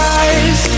eyes